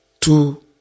two